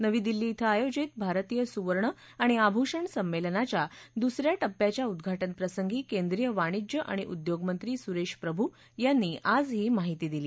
नवी दिल्ली थें आयोजित भारतीय सुवर्ण आणि आभुषण संमेलनांच्या दुस या टप्प्याच्या उद्घाटनप्रसंगी केंद्रीय वाणिज्य आणि उद्योगमंत्री सुरेश प्रभू यांनी आज ही माहिती दिली